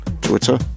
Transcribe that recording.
Twitter